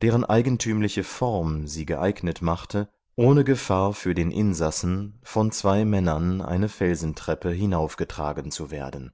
deren eigentümliche form sie geeignet machte ohne gefahr für den insassen von zwei männern eine felsentreppe hinaufgetragen zu werden